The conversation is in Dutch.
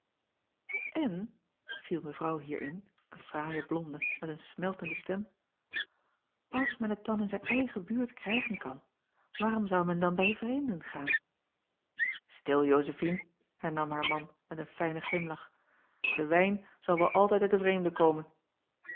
n viel evrouw hier in een fraaie blonde met een smeltende stem als men het dan in zijn eigen buurt krijgen kan waarom zou men dan bij vreemden gaan til ozefine hernam haar man met een fijnen glimlach de wijn zal wel altijd uit den vreemde komen